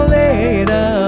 later